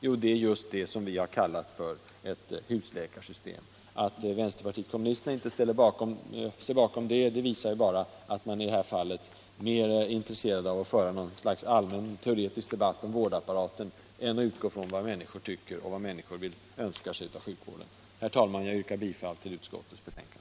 Jo, just det som vi har kallat för ett husläkarsystem. Att vänsterpartiet kommunisterna inte ställer sig bakom detta visar bara att de i det här fallet är mer intresserade av att föra något slags allmän teoretisk debatt om vårdapparaten än att utgå från vad människor önskar sig av sjukvården. Herr talman! Jag yrkar bifall till utskottets hemställan.